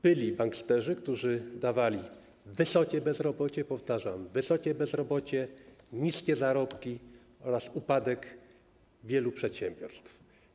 Byli banksterzy, którzy dawali wysokie bezrobocie, powtarzam: wysokie bezrobocie, niskie zarobki oraz upadek wielu przedsiębiorstw.